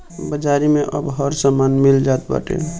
बाजारी में अब हर समान मिल जात बाटे